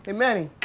and manny.